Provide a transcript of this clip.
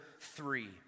three